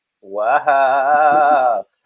Wow